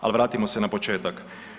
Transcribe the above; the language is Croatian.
Ali vratimo se na početak.